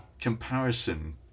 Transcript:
comparison